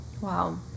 Wow